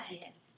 Yes